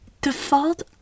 default